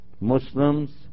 Muslims